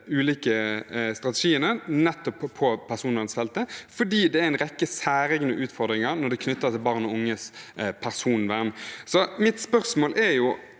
ulike strategiene nettopp på personvernfeltet, for det er en rekke særegne utfordringer knyttet til barn og unges personvern. Så mitt spørsmål er